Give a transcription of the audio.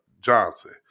Johnson